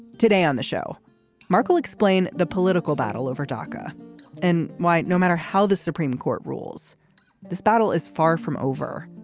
today on the show mark explain the political battle over daca and why no matter how the supreme court rules this battle is far from over.